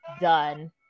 done